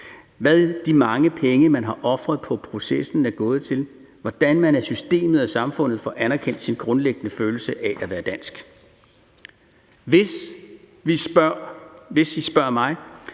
hvad de mange penge, man har ofret på processen, er gået til, eller hvordan man af systemet og samfundet får anerkendt sin grundlæggende følelse af at være dansk. Hvis I spørger mig,